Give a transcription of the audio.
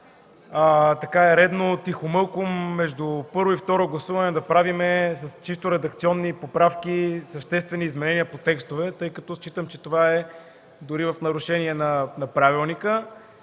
така е редно – тихомълком, между първо и второ гласуване, да правим с чисто редакционни поправки съществени изменения по текстове. Считам, че това е дори в нарушение на правилника